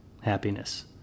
happiness